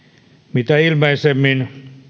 mitä ilmeisimmin